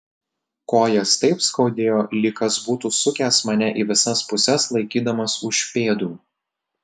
kojas taip skaudėjo lyg kas būtų sukęs mane į visas puses laikydamas už pėdų